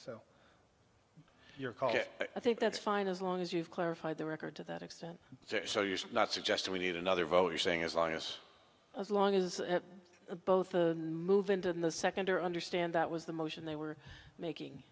so your call i think that's fine as long as you've clarified the record to that extent so you should not suggest we need another vote you're saying as long as as long as both move into the second or understand that was the motion they were making